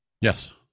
Yes